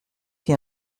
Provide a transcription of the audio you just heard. qui